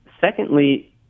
Secondly